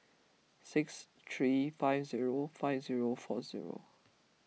six three five zero five zero four zero